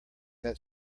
that